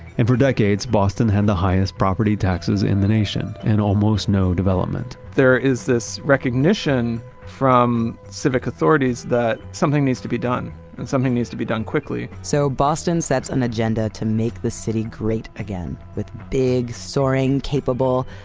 and for decades, boston had the highest property taxes in the nation and almost no development there is this recognition from civic authorities that something needs to be done and something needs to be done quickly so boston sets an agenda to make the city great again with big soaring, capable,